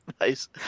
nice